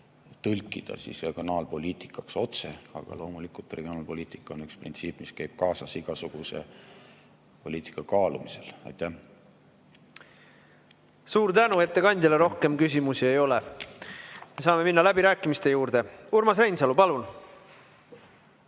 niimoodi otse regionaalpoliitikana tõlgendada, aga loomulikult regionaalpoliitika on üks printsiip, mis käib kaasas igasuguse poliitika kaalumisel. Suur tänu ettekandjale! Rohkem küsimusi ei ole. Saame minna läbirääkimiste juurde. Urmas Reinsalu, palun!